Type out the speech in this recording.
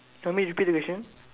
you want me repeat the question